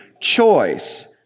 choice